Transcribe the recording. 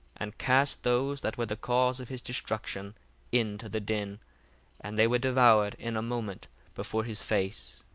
and cast those that were the cause of his destruction into the den and they were devoured in a moment before his face.